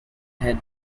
head